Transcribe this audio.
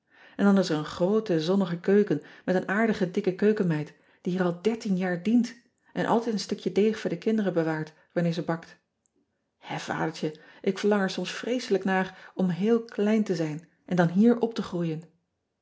n dan is er een groote zonnige keuken met een aardige dikke keukenmeid die hier al dertien jaar dient en altijd een stukje deeg voor de kinderen bewaart wanneer ze bakt è adertje ik verlang er soms vreeselijk naar om heel klein te zijn en dan hier op te groeien